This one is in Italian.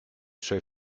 suoi